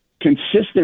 consistent